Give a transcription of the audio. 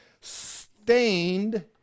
Stained